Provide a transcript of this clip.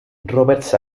roberts